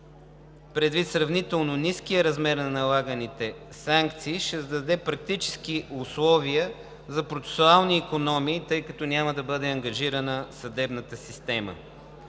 предвид сравнително ниския размер на налаганите санкции, ще създаде практически условия за процесуални икономии, тъй като няма да бъде ангажирана съдебната система.